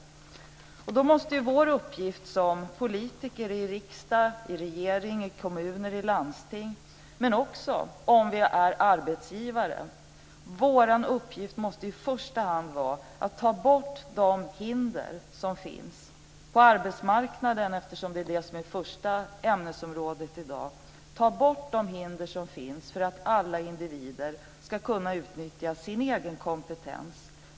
Då måste vår uppgift som politiker i riksdag, regering, kommuner och landsting - men också om vi är arbetsgivare - i första hand vara att ta bort de hinder som finns på arbetsmarknaden. Det är ju det som är det första ämnesområdet i dag. Vi måste ta bort de hinder som finns för att alla individer ska kunna utnyttja sin egen kompetens.